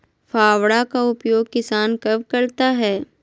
फावड़ा का उपयोग किसान कब करता है?